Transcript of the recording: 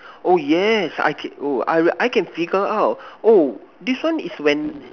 oh yes I keep oh I I can figure out oh this one is when